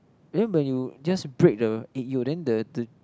eh but you just break the egg yolk then the the